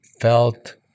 felt